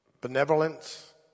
Benevolence